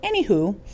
anywho